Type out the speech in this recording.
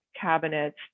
cabinets